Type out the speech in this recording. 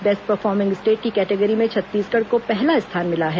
best performing state की category में छत्तीसगढ़ को पहला स्थान मिला है